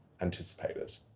anticipated